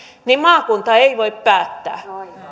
niin maakunta ei voi päättää